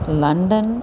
London